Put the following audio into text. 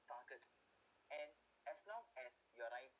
target and as long as your write